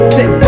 Sit